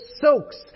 soaks